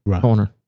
corner